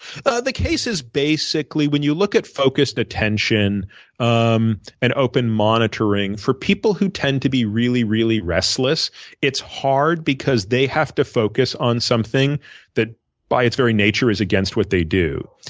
the case is basically when you look at focused attention um and open monitoring, for people who tend to be really, really restless it's hard because they have to focus on something that by its very nature is against what they do.